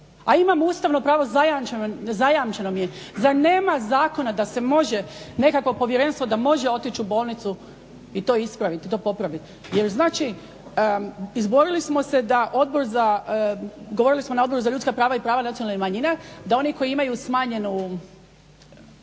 a imam ustavno pravo zajamčeno mi je. Zar nema zakona da se može nekako povjerenstvo da može otići u bolnicu i to ispraviti i to popraviti. Jer znači izborili smo se da govorili smo na Odboru za ljudska prava i prava nacionalnih manjina da oni koji imaju smanjenu